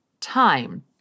time